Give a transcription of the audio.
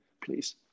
please